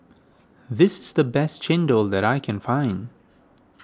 this is the best Chendol that I can find